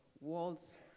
world's